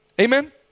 Amen